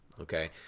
okay